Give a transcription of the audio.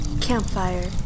campfire